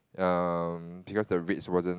um because the rates wasn't